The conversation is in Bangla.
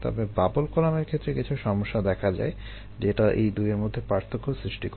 তবে বাবল কলামের ক্ষেত্রে কিছু সমস্যা দেখা যায় যেটা এই দুইয়ের মধ্যে পার্থক্য সৃষ্টি করে